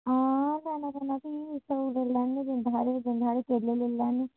हां लेना पौना भी सेब लेईं लैन्ने आं बिंद हारे बिंद हारे केले लेई लैन्ने आं